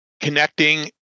connecting